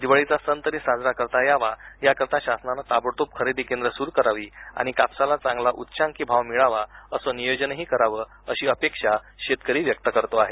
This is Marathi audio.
दिवाळीचा सण तरी साजरा करता यावा याकरता शासनानं ताबडतोब खरेदी केंद्र सुरू करावी आणि कापसाला चागला उच्चांकी भाव मिळावा असं नियोजनही करावं अशी अपेक्षा शेतकरी व्यक्त करतो आहे